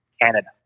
Canada